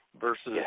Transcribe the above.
versus